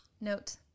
note